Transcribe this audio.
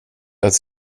att